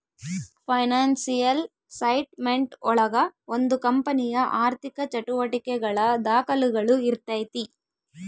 financial statement ಒಳಗ ಒಂದು ಕಂಪನಿಯ ಆರ್ಥಿಕ ಚಟುವಟಿಕೆಗಳ ದಾಖುಲುಗಳು ಇರ್ತೈತಿ